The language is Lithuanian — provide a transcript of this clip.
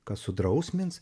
kas sudrausmins